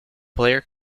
player